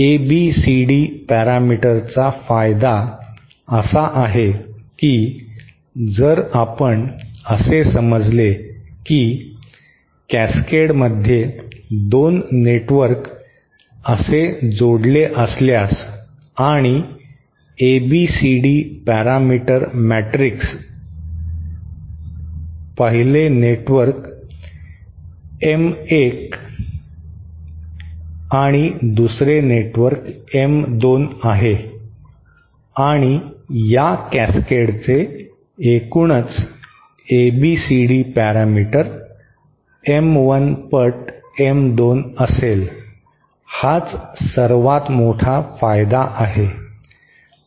ABCD पॅरामीटरचा फायदा असा आहे की जर आपण असे समजले की कॅसकेडमध्ये 2 नेटवर्क असे जोडले असल्यास आणि एबीसीडी पॅरामीटर मॅट्रिक्स पहिले नेटवर्क एम 1 आणि दुसरे नेटवर्क एम 2 आहे आणि या कॅसकेडचे एकूणच एबीसीडी पॅरामीटर एम 1 पट एम 2 असेल हाच सर्वात मोठा फायदा आहे